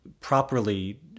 properly